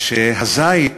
והזית